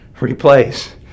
replace